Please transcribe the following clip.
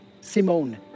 Simone